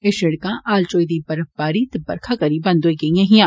एह षिड़का हाल च होई दी बर्फबारी ते बरखा करी बंद होई गेइयां हियां